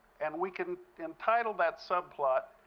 and we can entitle that subplot,